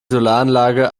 solaranlage